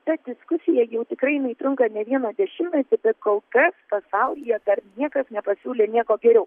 ta diskusija jau tikrai jinai trunka ne vieną dešimtmetį bet kol kas pasaulyje dar niekas nepasiūlė nieko geriau